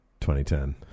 2010